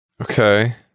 Okay